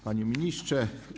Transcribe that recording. Panie Ministrze!